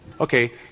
Okay